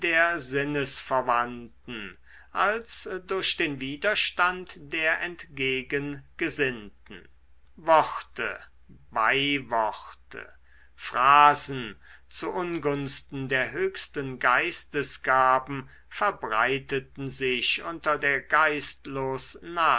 sinnesverwandten als durch den widerstand der entgegengesinnten worte beiworte phrasen zu ungunsten der höchsten geistesgaben verbreiteten sich unter der geistlos